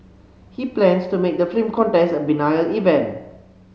he plans to make the film contest a biennial event